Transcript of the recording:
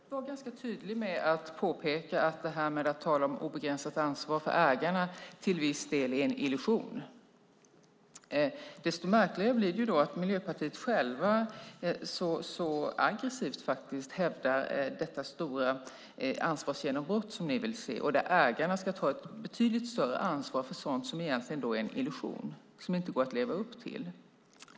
Fru talman! Jag var ganska tydlig med att påpeka att detta med obegränsat ansvar för ägarna till viss del är en illusion. Desto märkligare blir det att Miljöpartiet självt så aggressivt hävdar det stora ansvarsgenombrott som ni vill se. Där ska ägarna ta ett betydligt större ansvar för sådant som egentligen är en illusion och inte går att leva upp till.